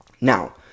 Now